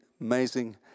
amazing